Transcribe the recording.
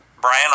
Brian